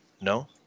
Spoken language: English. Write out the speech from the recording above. no